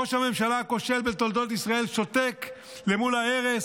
ראש הממשלה הכושל בתולדות ישראל שותק מול ההרס,